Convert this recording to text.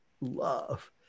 love